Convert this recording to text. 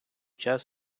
час